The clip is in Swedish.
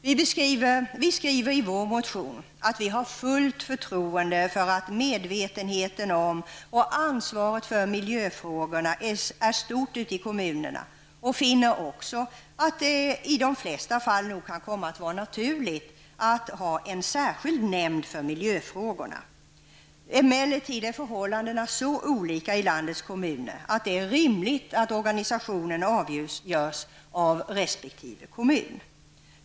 Vi skriver i vår motion att vi har fullt förtroende för att medvetenheten om och ansvaret för miljöfrågorna är stort i kommunerna och finner också att det i de flesta fall nog kan komma att vara naturligt att ha en särskild nämnd för miljöfrågorna. Emellertid är förhållandena så olika i landets kommuner att det är rimligt att organisationen avgörs av resp. kommun.